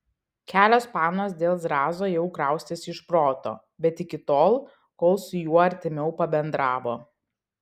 kelios panos dėl zrazo jau kraustėsi iš proto bet iki tol kol su juo artimiau pabendravo